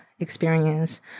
experience